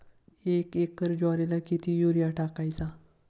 एक एकर ज्वारीला किती युरिया टाकायचा?